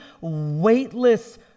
weightless